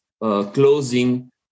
closing